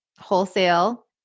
wholesale